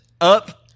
up